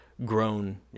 grown